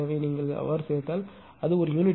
எனவே நீங்கள் சேர்த்தால் அது ஒரு யூனிட்டுக்கு 0